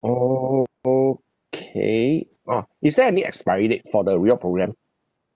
okay uh is there any expiry date for the reward program